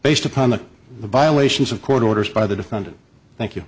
based upon the by lation of court orders by the defendant thank you